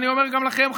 אני אומר גם לכם,